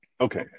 Okay